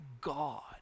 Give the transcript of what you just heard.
God